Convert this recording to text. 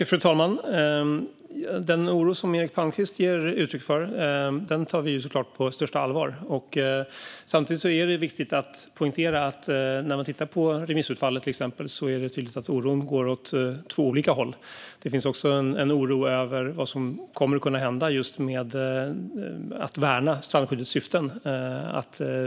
Fru talman! Den oro som Eric Palmqvist ger uttryck för tar vi såklart på största allvar. Samtidigt är det viktigt att poängtera att när man till exempel tittar på remissutfallet är det tydligt att oron går åt två olika håll. Det finns också en oro över vad som kommer att kunna hända just med värnandet av strandskyddets syften.